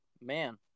man